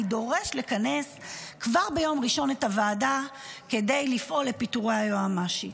אני דורש לכנס כבר ביום ראשון את הוועדה כדי לפעול לפיטורי היועמ"שית.